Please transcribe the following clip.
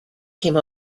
came